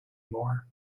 more